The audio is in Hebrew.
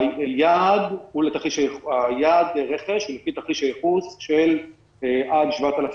היעד רכש הוא לפי תרחיש הייחוס של עד 7,000